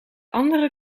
andere